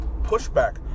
pushback